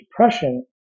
Depression